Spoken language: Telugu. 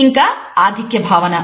ఇంకా ఆధిక్య భావన